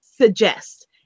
suggest